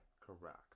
correct